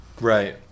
Right